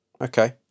Okay